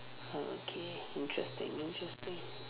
uh okay interesting interesting